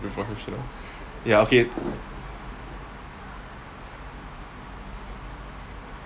be professional ya okay